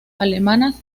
alemanas